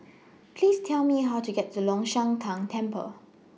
Please Tell Me How to get to Long Shan Tang Temple